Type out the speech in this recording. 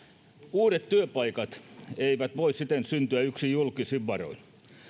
uudet työpaikat eivät voi siten syntyä yksin julkisin varoin